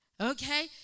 Okay